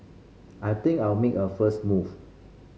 I think I will make a first move